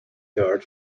guard